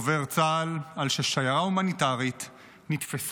אותו דבר כמו שנגיד נפגע תאונת דרכים בדרך למילואים מוכר.